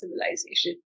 civilization